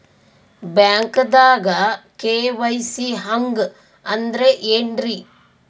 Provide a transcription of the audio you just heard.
ಬ್ಯಾಂಕ್ದಾಗ ಕೆ.ವೈ.ಸಿ ಹಂಗ್ ಅಂದ್ರೆ ಏನ್ರೀ?